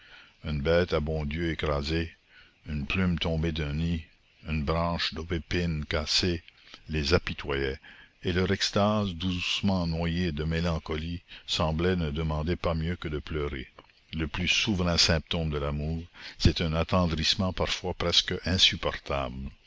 une bête à bon dieu écrasée une plume tombée d'un nid une branche d'aubépine cassée les apitoyait et leur extase doucement noyée de mélancolie semblait ne demander pas mieux que de pleurer le plus souverain symptôme de l'amour c'est un attendrissement parfois presque insupportable